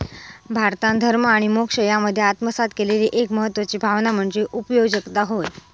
भारतान धर्म आणि मोक्ष यांच्यामध्ये आत्मसात केलेली एक महत्वाची भावना म्हणजे उगयोजकता होय